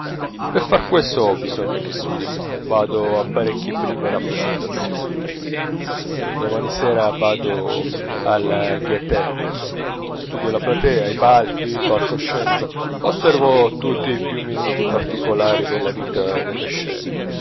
per far questo bisogna che studi vado a parecchie prime rappresentazioni domani sera vado alla gaité studio la platea i palchi il palcoscenico osservo tutti i più minuti particolari della vita delle scene